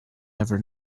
never